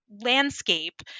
landscape